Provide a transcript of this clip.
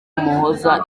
muhoza